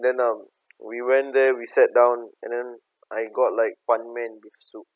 then um we went there we sat down and then I got like one man with soup